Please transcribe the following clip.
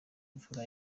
imfura